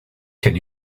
can